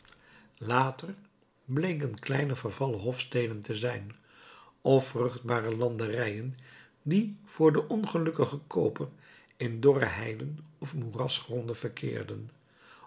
later bleken kleine vervallene hofsteden te zijn of vruchtbare landerijen die voor den ongelukkigen kooper in dorre heiden of moerasgronden verkeerden